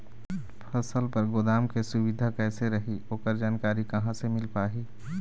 फसल बर गोदाम के सुविधा कैसे रही ओकर जानकारी कहा से मिल पाही?